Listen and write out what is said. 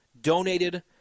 donated